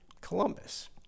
Columbus